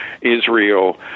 Israel